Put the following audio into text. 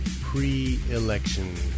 pre-election